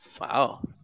Wow